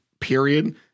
period